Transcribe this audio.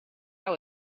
how